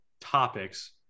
topics